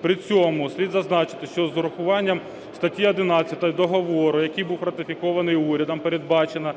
При цьому слід зазначити, що з урахуванням статті 11 договору, який був ратифікований урядом, передбачено